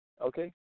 Okay